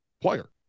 player